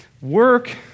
work